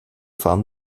fahren